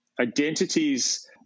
identities